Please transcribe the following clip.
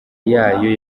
yayo